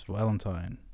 Valentine